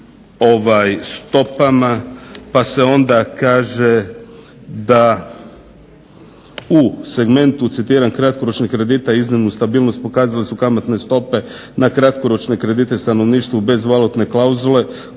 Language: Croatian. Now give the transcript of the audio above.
stopama pa se onda kaže da u segmentu, citiram, kratkoročnih kredita iznimnu stabilnost pokazale su kamatne stope na kratkoročne kredite stanovništvu bez valutne klauzule